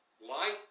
light